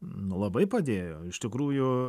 labai padėjo iš tikrųjų